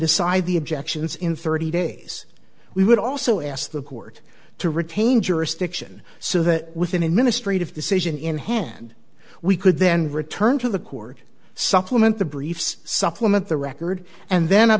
decide the objections in thirty days we would also ask the court to retain jurisdiction so that with an administrative decision in hand we could then return to the court supplement the briefs supplement the record and then